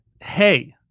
hey